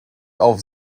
auf